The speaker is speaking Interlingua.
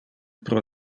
pro